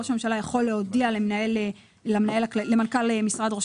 ראש הממשלה יכול להודיע למנכ"ל משרד ראש